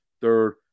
third